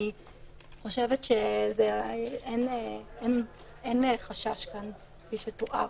אני חושבת שאין חשש כאן כפי שתואר.